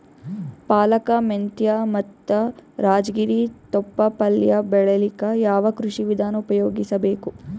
ಪಾಲಕ, ಮೆಂತ್ಯ ಮತ್ತ ರಾಜಗಿರಿ ತೊಪ್ಲ ಪಲ್ಯ ಬೆಳಿಲಿಕ ಯಾವ ಕೃಷಿ ವಿಧಾನ ಉಪಯೋಗಿಸಿ ಬೇಕು?